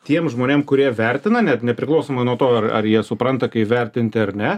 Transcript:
tiem žmonėm kurie vertina net nepriklausomai nuo to ar jie supranta kai vertinti ar ne